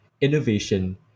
innovation